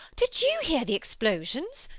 did you hear the explosions?